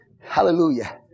Hallelujah